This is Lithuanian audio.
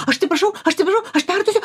aš atsiprašau aš atsiprašau aš perduosiu